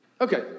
Okay